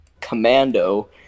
commando